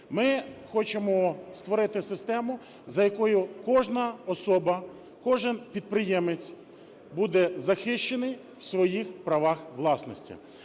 Ми хочемо створити систему, за якою кожна особа, кожен підприємець буде захищений в своїх правах власності.